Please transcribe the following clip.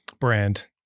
brand